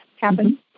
happen